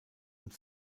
und